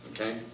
okay